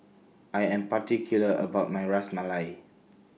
I Am particular about My Ras Malai